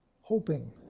hoping